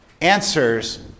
answers